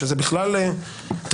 שזה בכלל תענוג